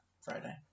Friday